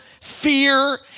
fear